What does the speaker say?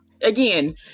again